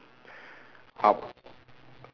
up